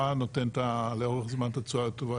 מה נותן לאורך זמן את התשואה הטובה.